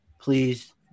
Please